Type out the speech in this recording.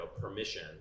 permission